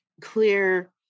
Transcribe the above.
clear